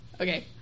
Okay